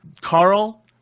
Carl